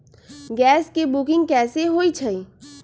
Gas के booking कैसे होईछई?